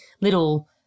little